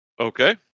Okay